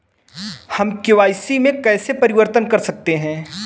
हम के.वाई.सी में कैसे परिवर्तन कर सकते हैं?